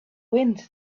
wind